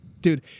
Dude